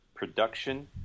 Production